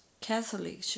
Catholic